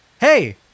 Hey